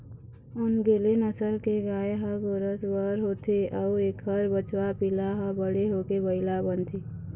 ओन्गेले नसल के गाय ह गोरस बर होथे अउ एखर बछवा पिला ह बड़े होके बइला बनथे